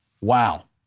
Wow